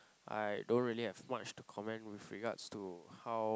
I don't really have much to comment with regards to how